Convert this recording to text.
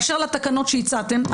באשר לתקנות שהצעתם,